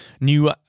new